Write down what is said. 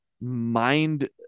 mind